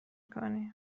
کنی